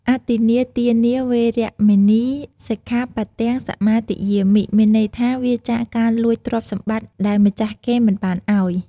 អទិន្នាទានា វេរមណី សិក្ខាបទំ សមាទិយាមិ មានន័យថា វៀរចាកការលួចទ្រព្យសម្បត្តិដែលម្ចាស់គេមិនបានឲ្យ។